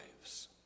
lives